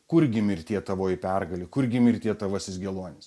kurgi mirtie tavoji pergalė kurgi mirtie tavasis geluonis